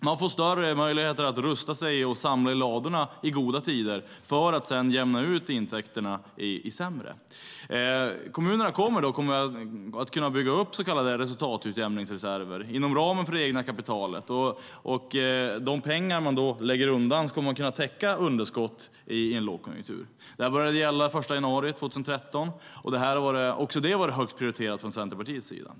Man får större möjligheter att rusta sig och samla i ladorna i goda tider för att sedan jämna ut intäkterna i sämre tider. Kommunerna kommer att kunna bygga upp så kallade resultatutjämningsreserver inom ramen för det egna kapitalet. De pengar man då lägger undan kommer att kunna täcka underskott i en lågkonjunktur. Det här började gälla den 1 januari 2013. Också det har varit högt prioriterat från Centerpartiets sida.